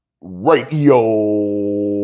Radio